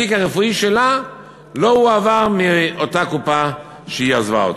התיק הרפואי שלה לא הועבר מהקופה שהיא עזבה.